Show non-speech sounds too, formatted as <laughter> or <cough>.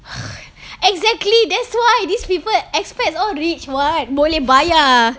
<noise> exactly that's why this people expats all rich [what] boleh bayar